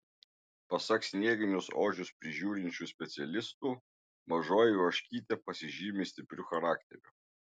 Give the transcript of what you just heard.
pasak snieginius ožius prižiūrinčių specialistų mažoji ožkytė pasižymi stipriu charakteriu